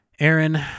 Aaron